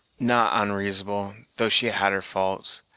not onreasonable though she had her faults.